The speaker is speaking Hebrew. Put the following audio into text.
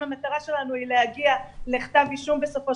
אם המטרה שלנו היא להגיע לכתב אישום בסופו